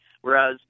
Whereas